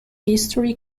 history